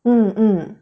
mm mm